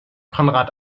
konrad